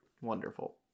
wonderful